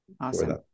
Awesome